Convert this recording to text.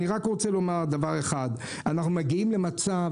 אני רק רוצה לומר דבר אחד: אנחנו מגיעים למצב,